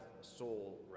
soul